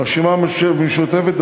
הרשימה המשותפת,